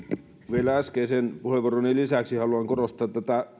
vielä äskeisen puheenvuoroni lisäksi haluan korostaa